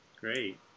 great